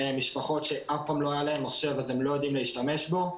משפחות שאף פעם לא היה להן מחשב והן לא יודעות להשתמש בו.